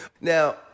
Now